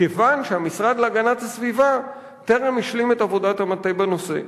כיוון שהמשרד להגנת הסביבה טרם השלים את עבודת המטה בנושא,